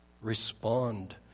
respond